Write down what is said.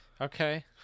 okay